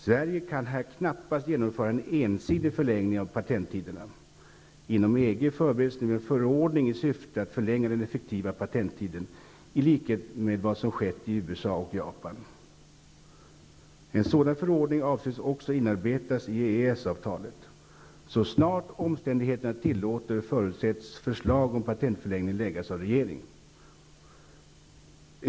Sverige kan här knappast genomföra en ensidig förlängning av patenttiderna. Inom EG förbereds nu en förordning i syfte att förlänga den effektiva patenttiden i likhet med vad som skett i USA och Japan. En sådan förordning avses också bli inarbetad i EES-avtalet. Det förutsätts att förslag om patentförlängning läggs fram av regeringen så snart omständigheterna tillåter det.